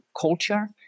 culture